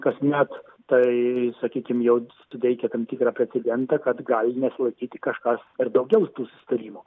kasmet tai sakykim jau suteikia tam tikrą precedentą kad gali nesilaikyti kažkas ir daugiau tų susitarimo